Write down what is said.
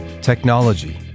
technology